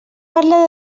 parla